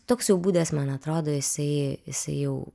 toks jau būdas man atrodo jisai jisai jau